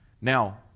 Now